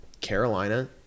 Carolina